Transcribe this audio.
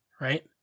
right